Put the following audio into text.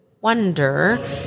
wonder